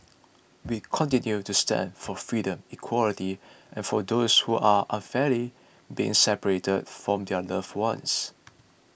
we continue to stand for freedom equality and for those who are unfairly being separated from their loved ones